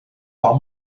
par